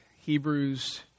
Hebrews